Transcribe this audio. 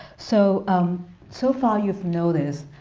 so um so far, you've noticed